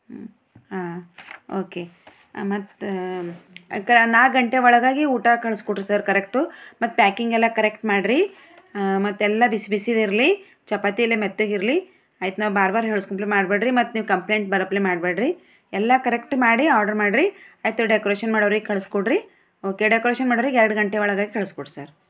ಹ್ಞೂ ಹಾಂ ಓಕೇ ಮತ್ತೆ ಕ ನಾಲ್ಕು ಗಂಟೆ ಒಳಗಾಗಿ ಊಟ ಕಳ್ಸಿ ಕೊಡಿರಿ ಸರ್ ಕರೆಕ್ಟು ಮತ್ತೆ ಪ್ಯಾಕಿಂಗೆಲ್ಲ ಕರೆಕ್ಟ್ ಮಾಡಿರಿ ಹಾಂ ಮತ್ತೆ ಎಲ್ಲ ಬಿಸಿ ಬಿಸಿದು ಇರಲಿ ಚಪಾತಿ ಎಲ್ಲ ಮೆತ್ತಗೆ ಇರಲಿ ಆಯ್ತು ನಾವು ಬಾರ್ ಬಾರ್ ಹೇಳ್ಸೊಂಗ್ ಮಾಡ ಬ್ಯಾಡ ರಿ ಮತ್ತೆ ನೀವು ಕಂಪ್ಲೇಟ್ ಬರಪ್ಲೆ ಮಾಡ ಬ್ಯಾಡ್ರಿ ಎಲ್ಲ ಕರೆಕ್ಟ್ ಮಾಡಿ ಆರ್ಡರ್ ಮಾಡಿರಿ ಮತ್ತೆ ಡೆಕೋರೇಷನ್ ಮಾಡೋರಿಗೆ ಕಳ್ಸಿ ಕೋಡ್ರಿ ಓಕೆ ಡೆಕೋರೇಷನ್ ಮಾಡೋರಿಗೆ ಎರಡು ಗಂಟೆ ಒಳಗೆ ಕಳ್ಸಿ ಕೊಡಿ ಸರ್